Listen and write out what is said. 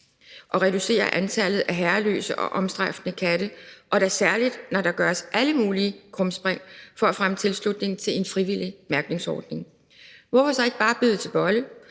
og reducere antallet af herreløse og omstrejfende katte, og da særligt, når der gøres alle mulige krumspring for at fremme tilslutning til en frivillig mærkningsordning. Hvorfor så ikke bare bide til bolle